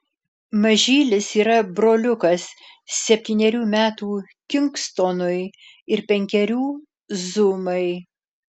mažylis yra broliukas septynerių metų kingstonui ir penkerių zumai